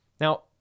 Now